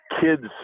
kids